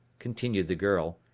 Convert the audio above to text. continued the girl,